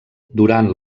durant